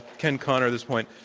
ken connor this point.